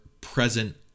present